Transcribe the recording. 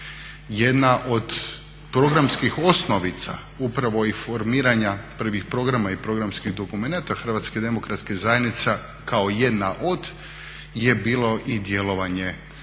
Jedna od programskih osnovica upravo informiranja prvih programa i programskih dokumenata Hrvatska demokratska zajednica kao jedna od je bilo i djelovanje Stjepana